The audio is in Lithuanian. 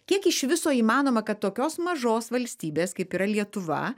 kiek iš viso įmanoma kad tokios mažos valstybės kaip yra lietuva